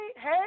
hey